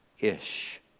ish